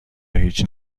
هیچ